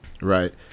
Right